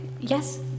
Yes